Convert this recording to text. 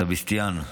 סבסטיאן,